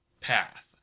path